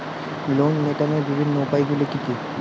Loan মেটানোর বিভিন্ন উপায়গুলি কী কী?